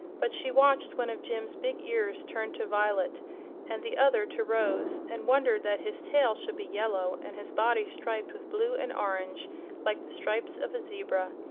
but she watched one of jim's big ears turn to violet and the other to rose, and wondered that his tail should be yellow and his body striped with blue and orange like the stripes of a zebra.